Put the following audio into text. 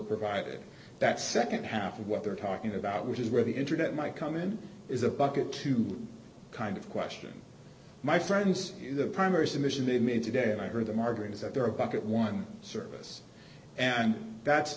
provided that nd half of what they're talking about which is where the internet might come in is a bucket to kind of question my friends the primary submission they made today and i heard them arguing is that they're a bucket one service and that